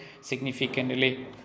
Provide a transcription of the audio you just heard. significantly